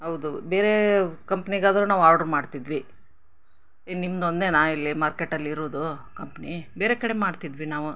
ಹೌದು ಬೇರೆ ಕಂಪ್ನಿಗಾದ್ರೂ ನಾವು ಆರ್ಡ್ರು ಮಾಡ್ತಿದ್ವಿ ಏನು ನಿಮ್ದು ಒಂದೆಯಾ ಇಲ್ಲಿ ಮಾರ್ಕೆಟ್ಟಲ್ಲಿ ಇರೋದು ಕಂಪ್ನಿ ಬೇರೆ ಕಡೆ ಮಾಡ್ತಿದ್ವಿ ನಾವು